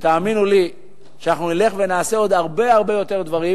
ותאמינו לי שאנחנו נלך ונעשה עוד הרבה הרבה יותר דברים,